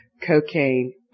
cocaine